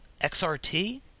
XRT